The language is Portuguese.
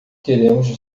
queremos